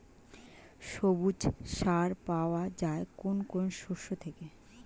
সবুজ সার পাওয়া যায় কোন কোন শস্য থেকে?